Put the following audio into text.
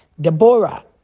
Deborah